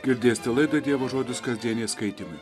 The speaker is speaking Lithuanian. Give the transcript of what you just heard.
girdėsite laidą dievo žodis kasdieniai skaitymai